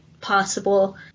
possible